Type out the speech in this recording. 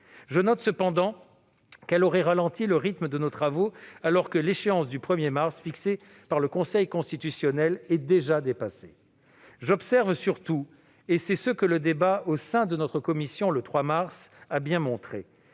Je note cependant qu'elle aurait ralenti le rythme de nos travaux, alors que l'échéance du 1 mars, fixée par le Conseil constitutionnel, est déjà dépassée. J'observe surtout- le débat au sein de notre commission le 3 mars l'a bien montré